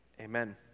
Amen